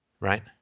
Right